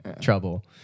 trouble